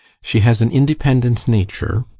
she has an independent nature